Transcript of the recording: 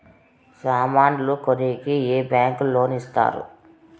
సామాన్లు కొనేకి ఏ బ్యాంకులు లోను ఇస్తారు?